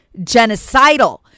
genocidal